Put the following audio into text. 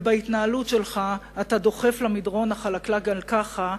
ובהתנהלות שלך אתה דוחף למדרון החלקלק גם ככה,